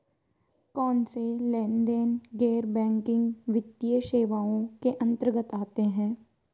कौनसे लेनदेन गैर बैंकिंग वित्तीय सेवाओं के अंतर्गत आते हैं?